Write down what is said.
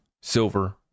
silver